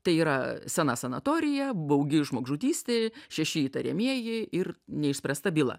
tai yra sena sanatorija baugi žmogžudystė šeši įtariamieji ir neišspręsta byla